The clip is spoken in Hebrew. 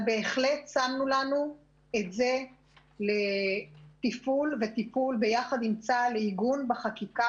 שמנו לנו את זה לטיפול ולתפעול יחד עם צה"ל לעיגון בחקיקה